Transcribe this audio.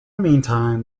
meantime